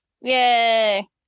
Yay